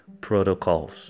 protocols